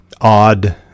odd